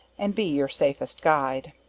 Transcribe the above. and be your safest guide.